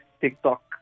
TikTok